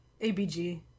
ABG